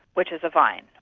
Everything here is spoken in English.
which is a vine.